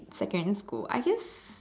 secondary school I just